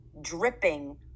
Dripping